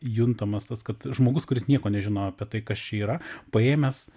juntamas tas kad žmogus kuris nieko nežino apie tai kas čia yra paėmęs